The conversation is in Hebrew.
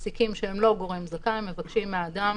היא שמעסיקים שהם לא גורם זכאי מבקשים מאדם